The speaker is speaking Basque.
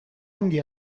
ongi